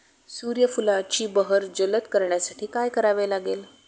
सूर्यफुलाची बहर जलद करण्यासाठी काय करावे लागेल?